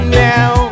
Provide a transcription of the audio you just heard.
now